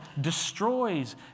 destroys